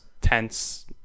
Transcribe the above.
tense